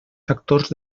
factors